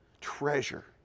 treasure